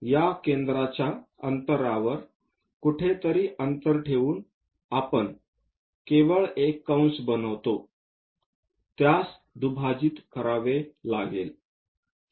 आता या केंद्राच्या अंतरावर कुठेतरी अंतर ठेवून आपण केवळ एक कंस बनवितो त्यास दुभाजित करावे लागेल